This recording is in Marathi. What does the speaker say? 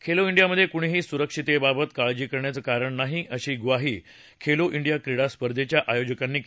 खेलो डियामधे कुणीही सुरक्षिततेबाबत काळजी करण्याचं कारण नाही अशी ग्वाही खेलो डिया क्रीडा स्पर्धेच्या आयोजकांनी दिली आहे